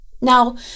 Now